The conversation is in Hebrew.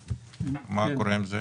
מה קורה עם זה?